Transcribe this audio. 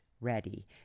ready